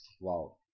Wow